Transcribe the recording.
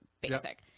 basic